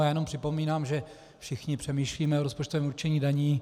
Jenom připomínám, že všichni přemýšlíme o rozpočtovém určení daní.